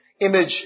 Image